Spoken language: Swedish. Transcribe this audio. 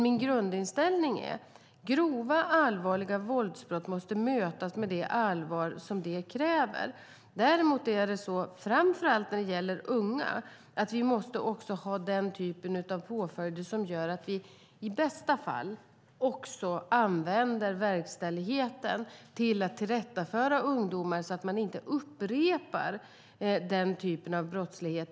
Min grundinställning är: Grova, allvarliga våldsbrott måste mötas med det allvar som de kräver. Däremot måste vi framför allt när det gäller unga ha den typ av påföljder som gör att vi använder verkställigheten till att tillrättaföra ungdomar så att de inte upprepar den typen av brottslighet.